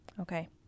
Okay